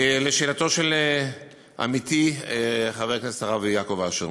לשאלתו של עמיתי חבר הכנסת, הרב יעקב אשר,